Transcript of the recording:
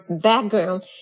background